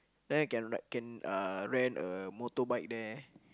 then I can ride can uh can rent a motorbike there